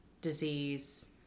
disease